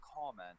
comment